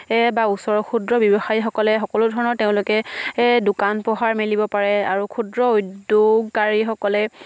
বা ওচৰ ক্ষুদ্ৰ ব্যৱসায়ীসকলে সকলো ধৰণৰ তেওঁলোকে দোকান পোহাৰ মেলিব পাৰে আৰু ক্ষুদ্ৰ উদ্যোগীসকলে